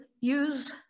use